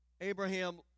Abraham